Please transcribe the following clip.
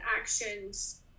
actions